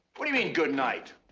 what do you mean, good night?